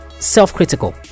self-critical